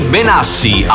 Benassi